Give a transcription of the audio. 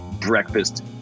breakfast